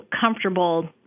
comfortable